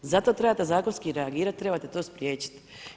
Zato trebate zakonski reagirat, trebate to spriječit.